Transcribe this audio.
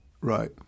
right